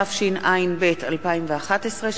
התשע"ב 2011,